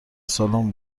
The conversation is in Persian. سالن